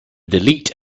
delete